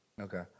Okay